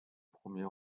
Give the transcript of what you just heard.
premier